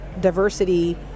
diversity